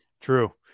True